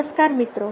નમસ્કાર મિત્રો